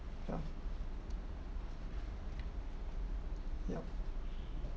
ya yup